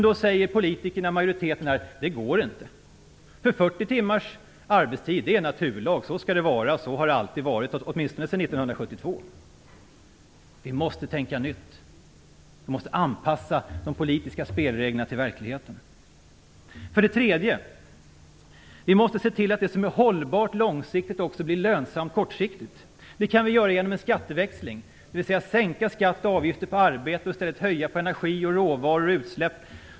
Då säger politikerna och majoriteten att det inte går. 40 timmars arbetstid är en naturlag. Så skall det vara och så har det alltid varit - åtminstone sedan 1972. Vi måste tänka nytt. Vi måste anpassa de politiska spelreglerna till verkligheten. För det tredje måste vi se till att det som är hållbart långsiktigt också blir lönsamt kortsiktigt. Det kan vi göra genom en skatteväxling, dvs. genom att sänka skatt och avgifter på arbete och i stället höja på energi, råvaror och utsläpp.